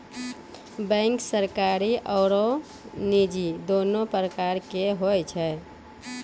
bank सरकारी आरो निजी दोनो प्रकार के होय छै